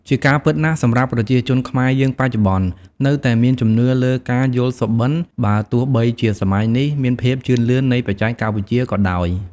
ជាការពិតណាស់សម្រាប់ប្រជាជនខ្មែរយើងបច្ចុប្បន្ន នៅតែមានជំនឿលើការយល់សុបិន្ត បើទោះបីជាសម័យនេះ មានភាពជឿនលឿននៃបច្ចេកវិទ្យាក៏ដោយ។